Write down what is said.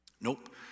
Nope